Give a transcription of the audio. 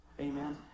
Amen